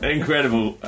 Incredible